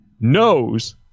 knows